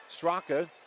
Straka